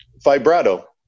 vibrato